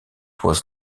was